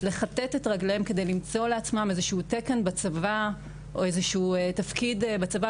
לחטט את רגליהן כדי למצוא לעצמן איזשהו תקן בצבא או איזשהו תפקיד בצבא,